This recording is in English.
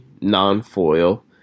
non-foil